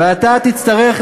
ואתה תצטרך להסביר,